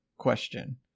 question